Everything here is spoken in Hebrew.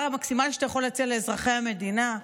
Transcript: המקסימלי שאתה יכול להציע לאזרחי המדינה,